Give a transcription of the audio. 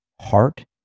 heart